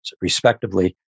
respectively